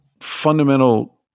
fundamental